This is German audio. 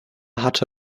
hatte